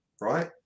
right